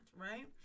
right